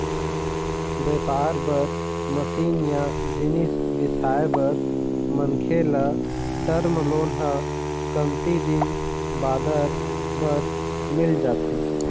बेपार बर मसीन या जिनिस बिसाए बर मनखे ल टर्म लोन ह कमती दिन बादर बर मिल जाथे